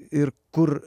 ir kur